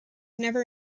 never